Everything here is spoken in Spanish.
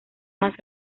más